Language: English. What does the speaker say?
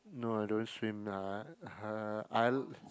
no I don't swim uh I